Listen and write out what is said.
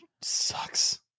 sucks